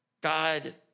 God